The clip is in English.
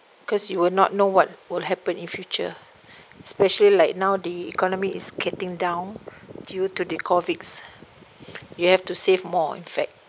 because you will not know what will happen in future especially like now the economy is getting down due to the COVID you have to save more in fact